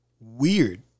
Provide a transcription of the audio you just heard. weird